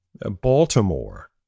Baltimore